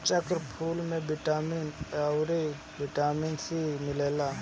चक्रफूल में vitamin A अउरी बिटामिन सी मिलेला